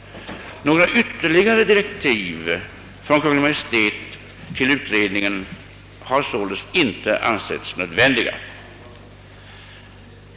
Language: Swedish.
Några ytterligare direktiv från Kungl. Maj:t till utredningen har således inte ansetts nödvändiga.